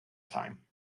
time